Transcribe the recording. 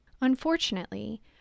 Unfortunately